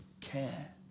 care